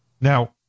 Now